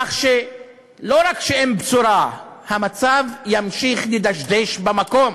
כך שלא רק שאין בשורה, המצב ימשיך לדשדש במקום.